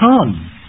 come